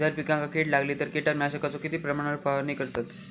जर पिकांका कीड लागली तर कीटकनाशकाचो किती प्रमाणावर फवारणी करतत?